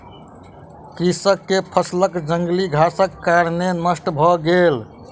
कृषक के फसिल जंगली घासक कारणेँ नष्ट भ गेल